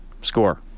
score